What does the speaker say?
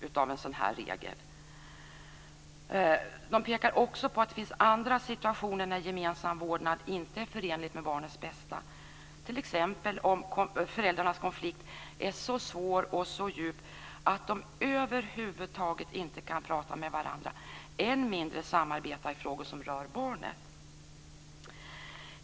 Utredningen pekar också på att det finns andra situationer när gemensam vårdnad inte är förenlig med barnets bästa, t.ex. om föräldrarnas konflikt är så svår och djup att de över huvud taget inte kan prata med varandra, än mindre samarbeta i frågor som rör barnet.